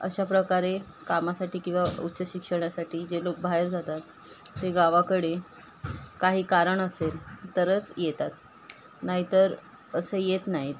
अशा प्रकारे कामासाठी किंवा उच्च शिक्षणासाठी जे लोक बाहेर जातात ते गावाकडे काही कारण असेल तरच येतात नाहीतर असं येत नाहीत